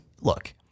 Look